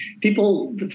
people